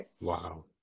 Wow